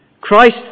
Christ